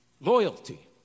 Loyalty